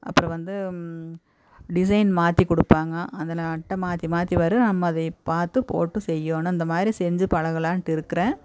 அப்புறம் வந்து டிசைன் மாற்றி கொடுப்பாங்க அதில் அட்டை மாற்றி மாற்றி வரும் நம்ம அதைய பார்த்து போட்டு செய்யணும் இந்த மாதிரி செஞ்சி பழகலாம்ட்டு இருக்கிறேன்